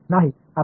மாணவர் போடு